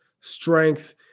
strength